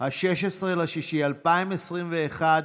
16 ביוני 2021,